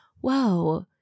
whoa